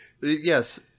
Yes